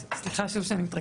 סליחה שוב, שאני מתרכזת בנו.